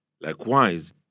Likewise